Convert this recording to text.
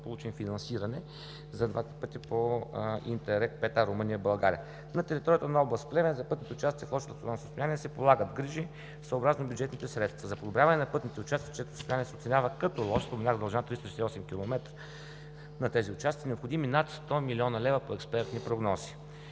получим финансиране за двата пътя по „ИНТЕРРЕГ – 5а“, Румъния-България. На територията на област Плевен за пътните участъци лошо състояние се полагат грижи, съобразно бюджетните средства. За подобряване на пътните участъци, чието състояние се оценява като лошо, е с дължина 368 км и са необходими над 100 млн. лв. по експертни прогнози.